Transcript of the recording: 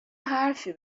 حرفی